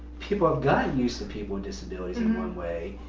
people have gotten used to people with disabilities in one way.